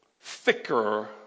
thicker